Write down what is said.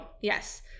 Yes